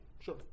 Sure